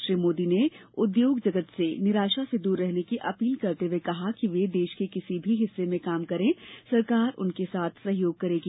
श्री मोदी ने उद्योग जगत से निराशा से दूर रहने की अपील करते हुए कहा कि वे देश के किसी भी हिस्से में काम करें सरकार उनके साथ सहयोग करेगी